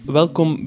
welkom